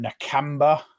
Nakamba